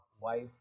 wife